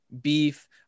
beef